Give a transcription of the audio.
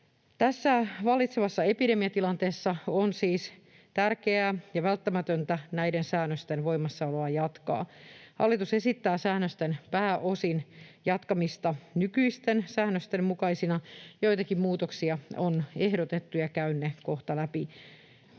Tässä vallitsevassa epidemiatilanteessa on siis tärkeää ja välttämätöntä näiden säännösten voimassaoloa jatkaa. Hallitus esittää säännösten jatkamista pääosin nykyisten säännösten mukaisina. Joitakin muutoksia on ehdotettu, ja käyn ne kohta läpi.